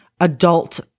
adult